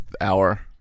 hour